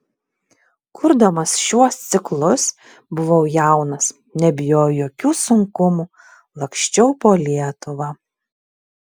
kurdamas šiuos ciklus buvau jaunas nebijojau jokių sunkumų laksčiau po lietuvą